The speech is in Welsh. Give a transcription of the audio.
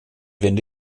fynd